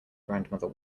grandmother